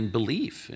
belief